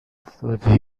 افتادی